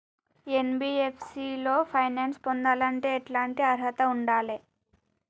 NBFC లో finance పొందాలంటే ఎట్లాంటి అర్హత ఉండాలే?